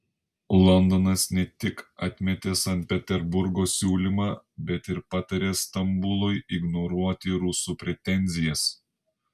londonas ne tik atmetė sankt peterburgo siūlymą bet ir patarė stambului ignoruoti rusų pretenzijas